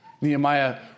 Nehemiah